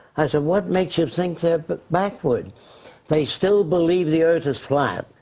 i said what makes you think they're but backwards? they still believe the earth is flat.